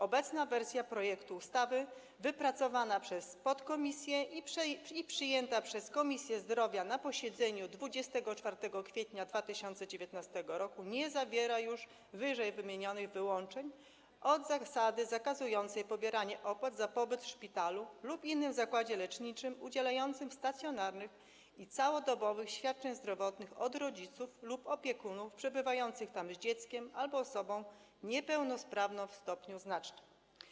Obecna wersja projektu ustawy wypracowana przed podkomisję i przyjęta przez Komisję Zdrowia na posiedzeniu w dniu 24 kwietnia 2019 r. nie zawiera już ww. wyłączeń od zasady zakazującej pobierania opłat za pobyt w szpitalu lub innym zakładzie leczniczym udzielającym stacjonarnych i całodobowych świadczeń zdrowotnych od rodziców lub opiekunów przebywających tam z dzieckiem albo osobą niepełnosprawną w stopniu znacznym.